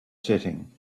setting